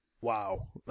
Wow